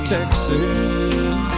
Texas